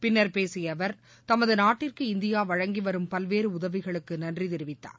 பின்னா் பேசிய அவா் தமது நாட்டிற்கு இந்தியா வழங்கி வரும் பல்வேறு உதவிகளுக்கு நன்றி தெரிவித்தார்